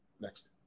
next